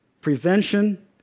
prevention